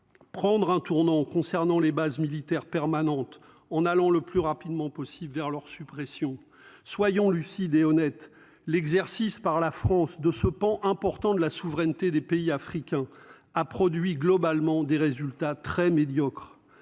Prendre un tournant concernant les bases militaires permanentes en allant le plus rapidement possible vers leur suppression. Soyons lucides et honnêtes l'exercice par la France de ce pan important de la souveraineté des pays africains a produit globalement des résultats très médiocres